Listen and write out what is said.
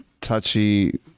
touchy